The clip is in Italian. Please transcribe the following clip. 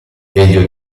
elio